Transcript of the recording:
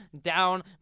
down